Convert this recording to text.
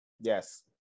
Yes